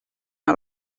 una